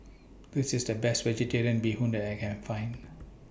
This IS The Best Vegetarian Bee Hoon that I Can Find